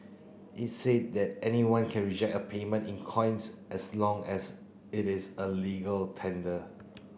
it said that anyone can reject a payment in coins as long as it is a legal tender